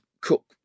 cook